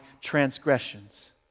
transgressions